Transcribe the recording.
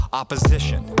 opposition